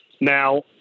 Now